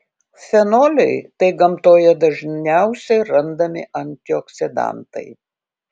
fenoliai tai gamtoje dažniausiai randami antioksidantai